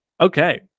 Okay